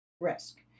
risk